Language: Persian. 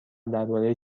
درباره